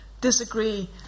disagree